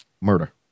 murder